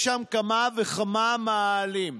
יש שם כמה וכמה אוהלים.